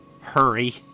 hurry